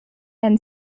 then